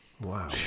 wow